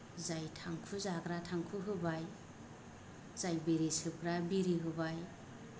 जाय थांखु जाग्रा थांखु होबाय जाय बिरि सोबग्रा बिरि होबाय